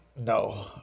No